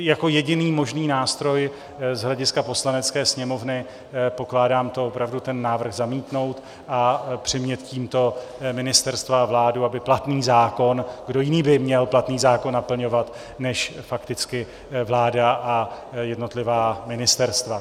Jako jediný možný nástroj z hlediska Poslanecké sněmovny pokládám to, opravdu ten návrh zamítnout a přimět tímto ministerstva a vládu, aby platný zákon kdo jiný by měl platný zákon naplňovat než fakticky vláda a jednotlivá ministerstva?